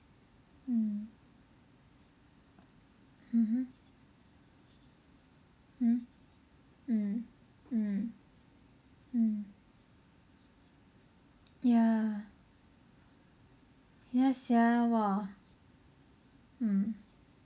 mm mmhmm mm mm mm mm ya ya sia !wah! mm